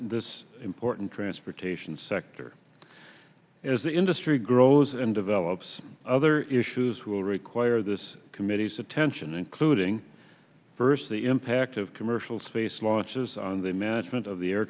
this important transportation sector as the industry grows and develops other issues will require this committee's attention including first the impact of commercial space launches on the management of the air